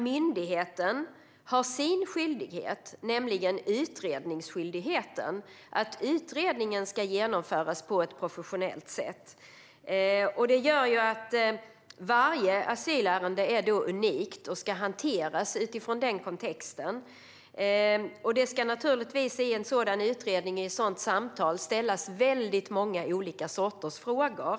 Myndigheten har sin skyldighet, nämligen utredningsskyldigheten - att utredningen ska genomföras på ett professionellt sätt. Det gör att varje asylärende är unikt och ska hanteras utifrån den kontexten. I en sådan utredning, ett sådant samtal, ska det naturligtvis ställas väldigt många olika sorters frågor.